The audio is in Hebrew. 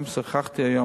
גם שוחחתי היום,